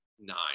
nine